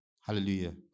Hallelujah